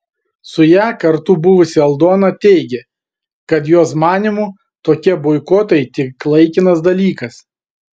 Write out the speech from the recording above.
su ja kartu buvusi aldona teigė kad jos manymu tokie boikotai tik laikinas dalykas